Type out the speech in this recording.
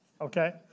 okay